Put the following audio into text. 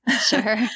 Sure